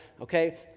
Okay